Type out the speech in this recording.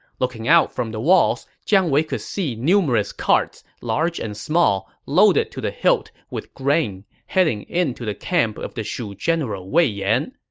looking out from the walls, jiang wei could see numerous carts, large and small, loaded to the hilt with grain, heading into the camp of the shu general wei yan.